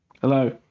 Hello